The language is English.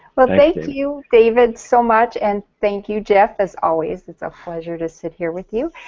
well thank you, david, so much and thank you, jeff, as always its a pleasure to sit here with you,